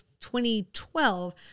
2012